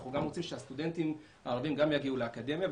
אנחנו רוצים שגם הסטודנטים הערבים יגיעו לאקדמיה,